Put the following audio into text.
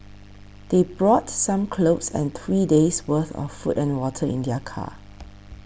they brought some clothes and three days' worth of food and water in their car